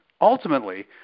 ultimately –